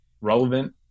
relevant